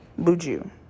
Buju